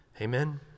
Amen